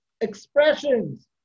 expressions